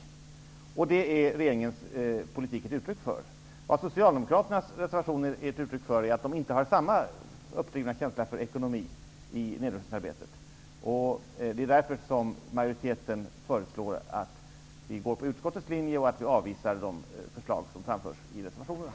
Det är regeringens politik ett uttryck för. Det Socialdemokraternas reservationer är ett uttryck för är att man inte har samma uppdrivna känsla för ekonomi i nedrustningsarbetet. Det är därför som majoriteten föreslår att vi skall gå på utskottets linje och avvisa de förslag som framförs i reservationerna.